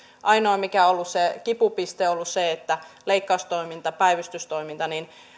ainoa mikä on ollut se kipupiste on ollut leikkaustoiminta päivystystoiminta